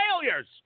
failures